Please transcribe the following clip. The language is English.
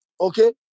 okay